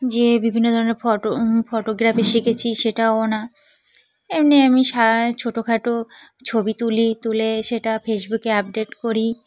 যে বিভিন্ন ধরনের ফটো ফটোগ্রাফি শিখেছি সেটাও না এমনি আমি সা ছোটোখাটো ছবি তুলি তুলে সেটা ফেসবুকে আপডেট করি